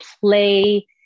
play